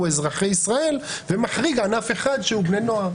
אזרחי ישראל ומחריג ענף אחד שהוא בני נוער.